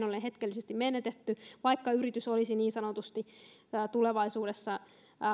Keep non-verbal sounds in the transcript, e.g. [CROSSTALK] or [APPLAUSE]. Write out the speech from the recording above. [UNINTELLIGIBLE] ollen hetkellisesti menetetty vaikka yritys olisi niin sanotusti tulevaisuudessa